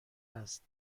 است